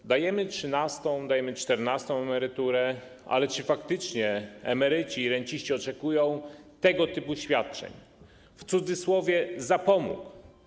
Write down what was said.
Bo dajemy trzynastą, dajemy czternastą emeryturę, ale czy faktycznie emeryci i renciści oczekują tego typu świadczeń, w cudzysłowie, ˝zapomóg˝